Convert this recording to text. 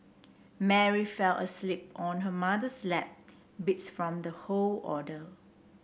Mary fell asleep on her mother's lap beats from the whole ordeal